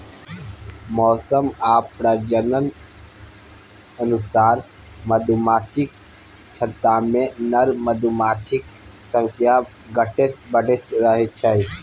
मौसम आ प्रजननक अनुसार मधुमाछीक छत्तामे नर मधुमाछीक संख्या घटैत बढ़ैत रहै छै